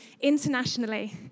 internationally